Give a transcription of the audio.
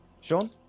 Sean